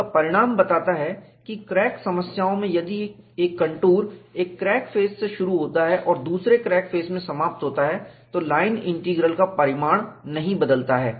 इसका परिणाम बताता है कि क्रैक समस्याओं में यदि एक कंटूर एक क्रैक फेस से शुरू होता है और दूसरे क्रैक फेस में समाप्त होता है तो लाइन इंटीग्रल का परिमाण नहीं बदलता है